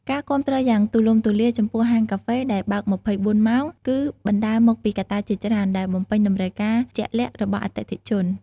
ការគាំទ្រយ៉ាងទូលំទូលាយចំពោះហាងកាហ្វេដែលបើក ២៤ ម៉ោង គឺបណ្តាលមកពីកត្តាជាច្រើនដែលបំពេញតម្រូវការជាក់លាក់របស់អតិថិជន។